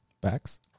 Backs